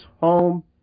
home